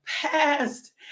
past